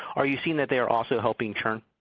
are you seeing that they're also helping churn?